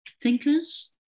thinkers